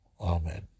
Amen